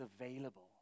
available